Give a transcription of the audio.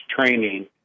training